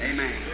Amen